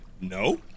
No